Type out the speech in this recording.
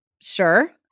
Sure